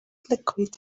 liquid